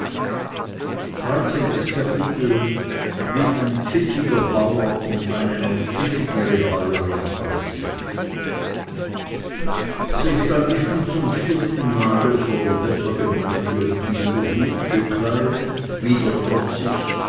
für bekenntnis wie ein pfiffiger bauer und eine noch pfiffigere bäuerin aussehen so stand ich nun zum vierten male vor der bettlergemeinde wieder gut gekleidet wieder trotzig